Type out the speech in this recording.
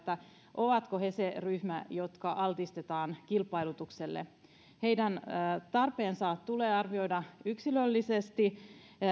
ovatko he se ryhmä jonka vaatima kuntoutus altistetaan kilpailutukselle heidän tarpeensa tulee arvioida yksilöllisesti